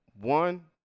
one